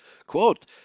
Quote